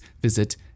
visit